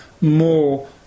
more